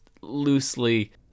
loosely